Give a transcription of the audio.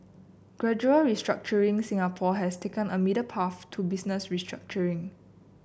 gradual restructuring Singapore has taken a middle path to business restructuring